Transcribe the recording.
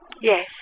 Yes